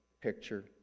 picture